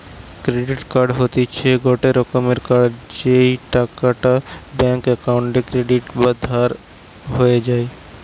credit card হতিছে গটে রকমের কার্ড যেই টাকাটা ব্যাঙ্ক অক্কোউন্টে ক্রেডিট বা ধার হয়ে যায়